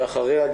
ואחריה,